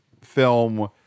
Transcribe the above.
film